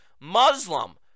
Muslim